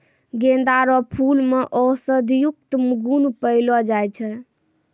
गेंदा रो फूल मे औषधियुक्त गुण पयलो जाय छै